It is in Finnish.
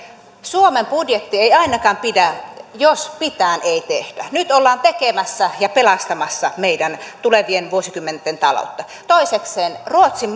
suomen budjetti ei ainakaan pidä jos mitään ei tehdä nyt ollaan tekemässä ja pelastamassa meidän tulevien vuosikymmenten taloutta toisekseen ruotsin